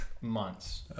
months